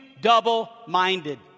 double-minded